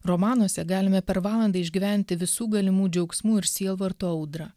romanuose galime per valandą išgyventi visų galimų džiaugsmų ir sielvarto audrą